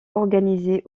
organisé